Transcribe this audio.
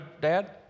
Dad